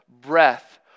breath